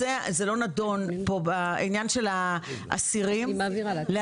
אבל עניין האסירים לא נדון פה.